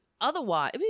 otherwise